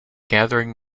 gathering